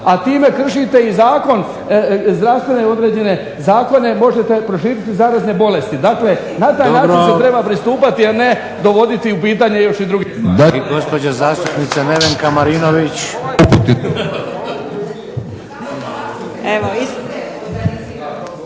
a time kršite i zakon, zdravstvene određene zakone, možete proširiti zarazne bolesti. Dakle, na taj način se treba pristupati, a ne dovoditi u pitanje još i drugi…